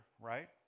right